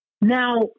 Now